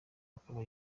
akaba